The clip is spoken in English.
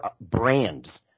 brands